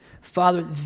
Father